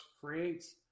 creates